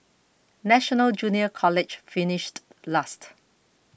National Junior College finished last